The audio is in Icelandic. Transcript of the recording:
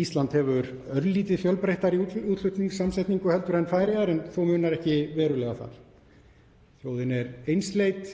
Ísland hefur örlítið fjölbreyttari útflutningssamsetningu en Færeyjar en þó er munurinn ekki verulegur. Þjóðin er einsleit